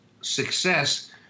success